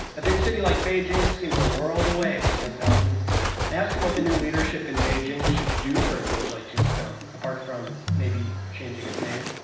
a big city like beijing seems a world away, tian tells me i ask him what the new leadership in beijing should do for a village like tombstone from maybe changing its name